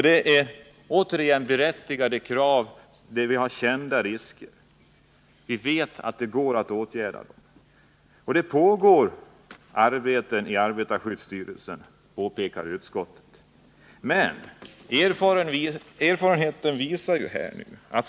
Det är återigen fråga om berättigade krav inom områden där vi har kända risker. Och vi vet att det går att åtgärda problemen. Utskottet påpekar också att det inom arbetarskyddsstyrelsen pågår arbete med att ta fram föreskrifter om buller, belysning m.m.